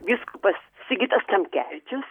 vyskupas sigitas tamkevičius